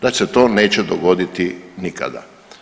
Da se to neće dogoditi nikada.